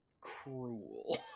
cruel